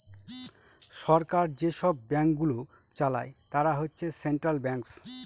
সরকার যেসব ব্যাঙ্কগুলো চালায় তারা হচ্ছে সেন্ট্রাল ব্যাঙ্কস